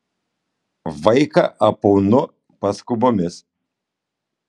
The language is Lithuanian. vaiką apaunu paskubomis